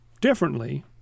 differently